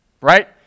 right